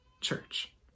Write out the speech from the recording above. church